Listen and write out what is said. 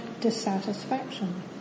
dissatisfaction